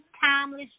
Timeless